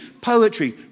poetry